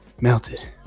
melted